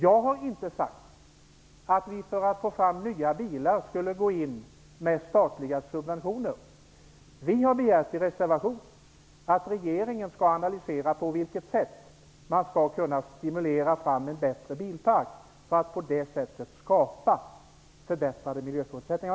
Jag har inte sagt att vi för att få fram nya bilar skulle gå in med statliga subventioner. Vi har i en reservation begärt att regeringen skall analysera på vilket sätt man skall kunna stimulera fram en bättre bilpark för att på det sättet skapa förbättrade miljöförutsättningar.